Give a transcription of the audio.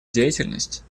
деятельность